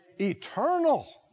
Eternal